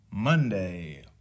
Monday